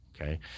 okay